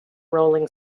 rolling